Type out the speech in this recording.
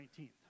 19th